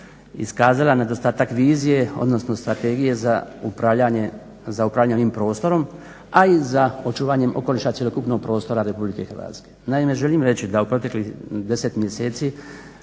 iskazala nedostatak vizije, odnosno strategije za upravljanje ovim prostorom, a i za očuvanjem okoliša cjelokupnog prostora Republike Hrvatske. Naime, želim reći da u proteklih 10 mjeseci